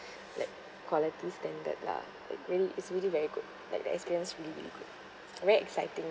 like quality standard lah like really it's really very good like the experience really good very exciting